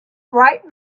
bright